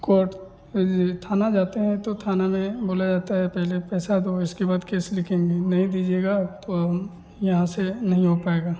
coat जैसे थाना जाते हैं तो थाना में बोला जाता है पहले पैसा दो इसके बाद केस लिखेंगे नहीं दीजिएगा तो हम यहाँ से नहीं हो पाएगा